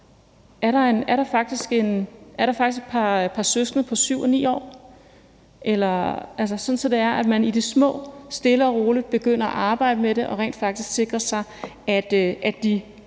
om der faktisk er et par søskende på 7 og 9 år – sådan at man i det små stille og roligt begynder at arbejde med det, og at man rent faktisk også sikrer sig, at de